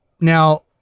Now